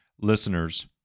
listeners